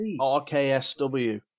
RKSW